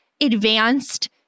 advanced